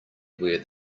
where